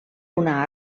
una